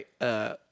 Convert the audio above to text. right